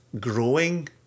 growing